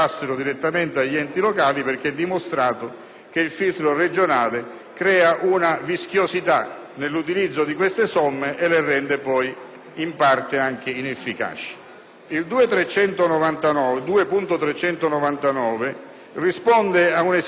che il filtro regionale crea una vischiosità nell'utilizzo di queste somme, rendendole poi in parte anche inefficaci. L'emendamento 2.399 risponde ad un'esigenza precisa, relativa ai Comuni